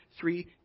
three